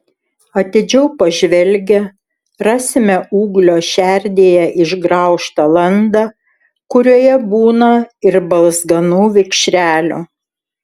atidžiau pažvelgę rasime ūglio šerdyje išgraužtą landą kurioje būna ir balzganų vikšrelių